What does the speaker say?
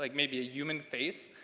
like maybe a human face,